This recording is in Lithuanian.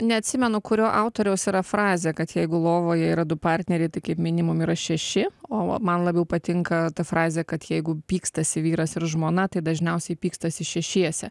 neatsimenu kurio autoriaus yra frazė kad jeigu lovoje yra du partneriai tai kaip minimum yra šeši o man labiau patinka ta frazė kad jeigu pykstasi vyras ir žmona tai dažniausiai pykstasi šešiese